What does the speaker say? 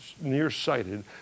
nearsighted